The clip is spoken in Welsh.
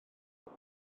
bydd